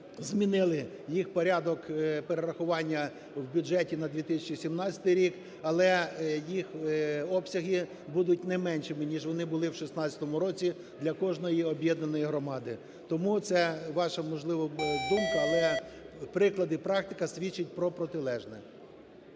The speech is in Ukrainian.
змінили їх порядок перерахування в бюджеті на 2017 рік. Але їх обсяги будуть не меншими, ніж вони були в 2016 році для кожної об'єднаної громади. Тому це ваша, можливо, думка, але приклад і практика свідчить про протилежне.